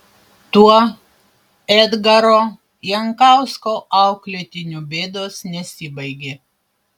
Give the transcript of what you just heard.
tuo edgaro jankausko auklėtinių bėdos nesibaigė